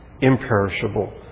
imperishable